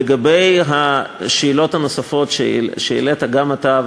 לגבי השאלות הנוספות שהעליתם גם אתה,